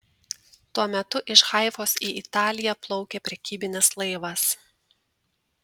tuo metu iš haifos į italiją plaukė prekybinis laivas